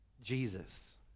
Jesus